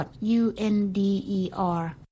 U-N-D-E-R